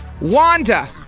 Wanda